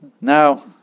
now